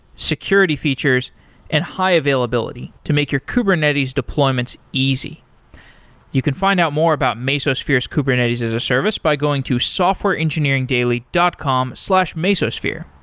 security features and high availability, to make your kubernetes deployments easy you can find out more about mesosphere's kubernetes as a service by going to softwareengineeringdaily dot com slash mesosphere.